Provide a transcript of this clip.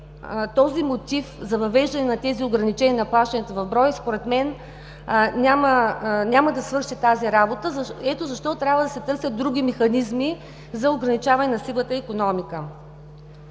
този мотив за въвеждане на ограниченията на плащанията в брой няма да свърши тази работа. Ето защо трябва да се търсят други механизми за ограничаване на сивата икономика.